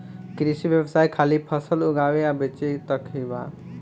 कृषि व्यवसाय खाली फसल उगावे आ बेचे तक ही बा